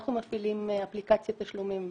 אנחנו מפעילים אפליקציית תשלומים בסלולרי,